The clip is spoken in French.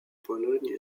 pologne